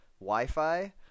Wi-Fi